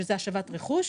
שזה השבת רכוש,